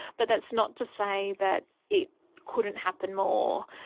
but that's not to say that it couldn't happen more.